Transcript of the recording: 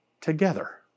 together